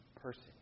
person